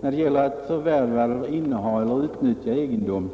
när det gäller att förvärva, inneha och utnyttja egendom.